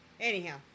Anyhow